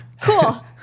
cool